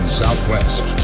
southwest